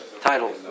title